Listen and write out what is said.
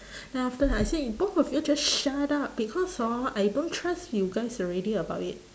then after I said both of you just shut up because hor I don't trust you guys already about it